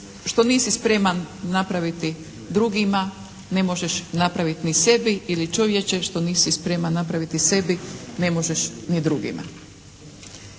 što nisi spreman napraviti drugima ne možeš napraviti ni sebi ili čovječe što nisi spreman napraviti sebi ne možeš ni drugima.